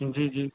جی جی